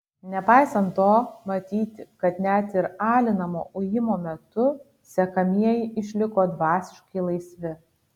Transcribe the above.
nepaisant to matyti kad net ir alinamo ujimo metu sekamieji išliko dvasiškai laisvi